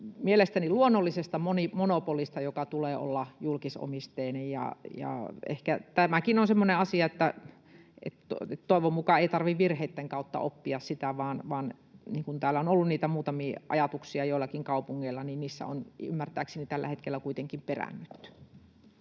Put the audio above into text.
mielestäni luonnollisesta monopolista, jonka tulee olla julkisomisteinen. Ehkä tämäkin on semmoinen asia, että toivon mukaan ei tarvitse virheitten kautta oppia sitä, vaan kun on ollut niitä muutamia ajatuksia joillakin kaupungeilla, niin niissä on ymmärtääkseni tällä hetkellä kuitenkin peräännytty.